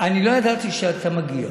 אני לא ידעתי שאתה מגיע.